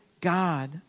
God